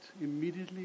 immediately